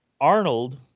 Arnold